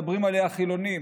מדברים עליה חילונים,